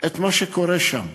את מה שקורה שם.